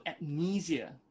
amnesia